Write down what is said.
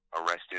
arrested